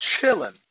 chilling